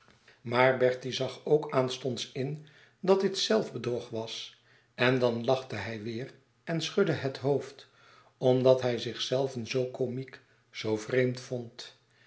maar bertie zag ook aanstonds in dat dit zelfbedrog was en dan lachte hij weêr en schudde het hoofd omdat hij zichzelven zoo comiek zoo vreemd vond